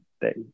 day